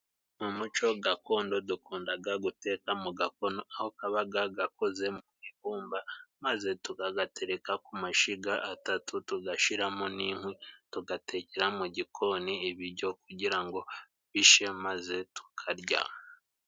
Mu muco gakondo dukundaga guteka mu gakono, aho kabaga gakoze mu ibumba, maze tukagatereka ku mashyiga atatu tugashiramo n'inkwi, tugatekera mu gikoni ibiryo kugira ngo bishe maze tukarya.